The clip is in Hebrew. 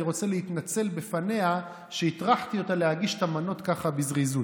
אני רוצה להתנצל בפניה שהטרחתי אותה להגיש את המנות ככה בזריזות.